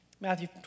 Matthew